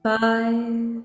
five